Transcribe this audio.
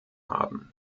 haben